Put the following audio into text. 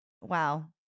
wow